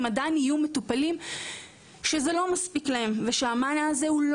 עדיין יהיו מטופלים שהמענה הזה של מרפאות מחלימים,